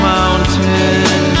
mountain